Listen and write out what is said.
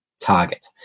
target